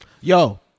Yo